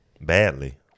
badly